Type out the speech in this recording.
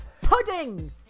pudding